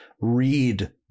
read